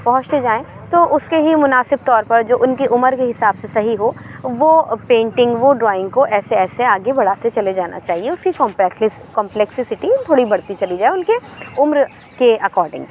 پہنچتے جائیں تو اُس كے ہی مناسب طور پر جو اُن كی عمر كے حساب سے صحیح ہو وہ پینٹنگ وہ ڈرائنگ کو ایسے ایسے آگے بڑھاتے چلے جانا چاہیے اُس کی كامپیك لسٹ کامپلیکسیسٹی تھوڑی بڑھتی چلی جائے اُن كے عمر كے اكارڈنگ